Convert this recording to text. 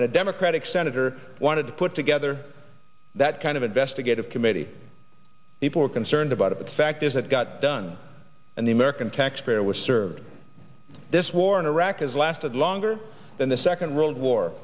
and a democratic senator wanted to put together that kind of investigative committee people were concerned about it but fact is that got done and the american taxpayer was served this war in iraq has lasted longer than the second world war